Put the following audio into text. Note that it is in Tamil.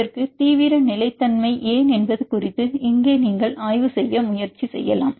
இதற்கு தீவிர நிலைத்தன்மை ஏன் என்பது குறித்து இங்கே நீங்கள் ஆய்வு செய்ய முயற்சி செய்யலாம்